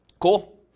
cool